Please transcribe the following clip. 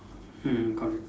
mm correct